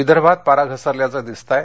विदर्भात पारा घसरल्याचं दिसत आहे